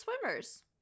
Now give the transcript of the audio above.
swimmers